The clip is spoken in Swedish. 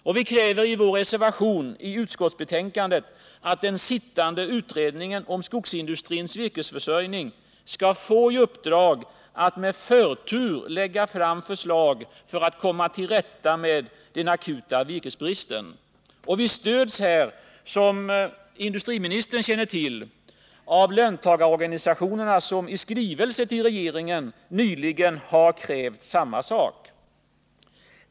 I vår reservation nr 5, som är fogad vid näringsutskottets betänkande nr 47, kräver vi att den sittande utredningen om skogsindustrins virkesförsörjning skall få i uppdrag att med förtur lägga fram förslag syftande till att komma till rätta med den akuta virkesbristen. Vi stöds på denna punkt, som industriministern känner till, av löntagarorganisationerna, som i skrivelse till regeringen nyligen har krävt samma sak.